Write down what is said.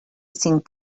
cinc